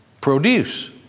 produce